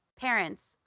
parents